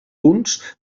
punts